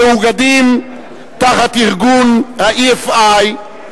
המאוגדים תחת ארגון ה-EFI,